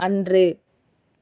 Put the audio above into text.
அன்று